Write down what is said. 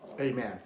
Amen